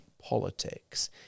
politics